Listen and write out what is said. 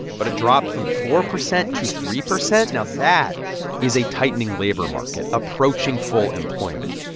but a drop from four percent to three percent, now that is a tightening labor market approaching full employment.